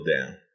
down